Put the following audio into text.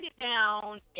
down